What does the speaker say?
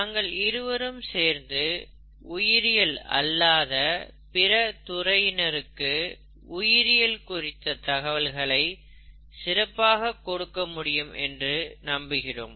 நாங்கள் இருவரும் சேர்ந்து உயிரியல் அல்லாத பிற துறையினருக்கு உயிரியல் குறித்த தகவல்களை சிறப்பாக கொடுக்க முடியும் என்று நம்புகிறோம்